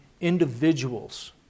individuals